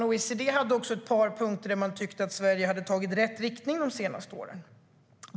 OECD hade ett par punkter där man tyckte att Sverige har tagit steg i rätt riktning de senaste åren.